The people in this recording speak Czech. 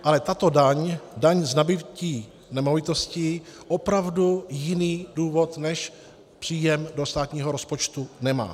Ale tato daň, daň z nabytí nemovitostí, opravdu jiný důvod než příjem do státního rozpočtu nemá.